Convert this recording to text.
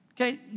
Okay